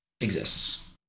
exists